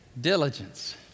Diligence